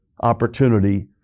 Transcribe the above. opportunity